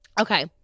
okay